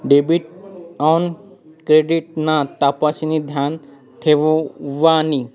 debit आन credit card ना तपशिनी ध्यान ठेवानी